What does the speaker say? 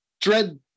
Dread